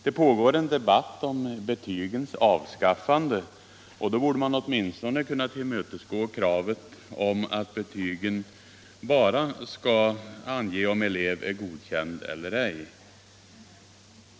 Det pågår en debatt om betygens avskaffande, och då borde man åtminstone kunna tillmötesgå kravet på att betygen bara skall ange om elev är godkänd eller ej.